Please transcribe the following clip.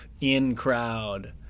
in-crowd